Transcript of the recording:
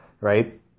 right